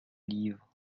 livres